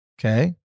Okay